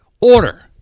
order